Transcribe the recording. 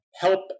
help